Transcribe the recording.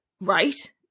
right